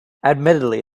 admittedly